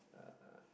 uh